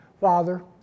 Father